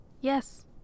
Yes